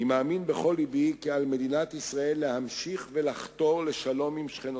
אני מאמין בכל לבי כי על מדינת ישראל להמשיך לחתור לשלום עם שכנותיה.